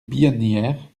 billonnière